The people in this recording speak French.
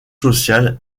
social